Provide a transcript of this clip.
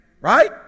right